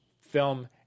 film